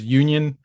union